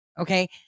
okay